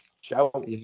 show